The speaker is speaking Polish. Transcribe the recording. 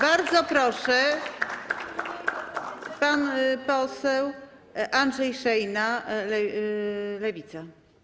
Bardzo proszę, pan poseł Andrzej Szejna, Lewica.